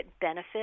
benefit